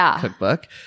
Cookbook